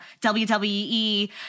WWE